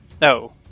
No